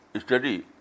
study